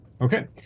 Okay